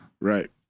right